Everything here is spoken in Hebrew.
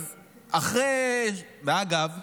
אגב,